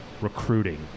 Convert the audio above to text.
recruiting